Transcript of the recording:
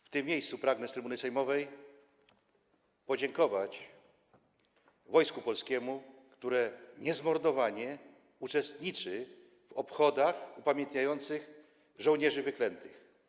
W tym miejscu pragnę z trybuny sejmowej podziękować Wojsku Polskiemu, które niezmordowanie uczestniczy w obchodach upamiętniających żołnierzy wyklętych.